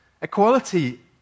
Equality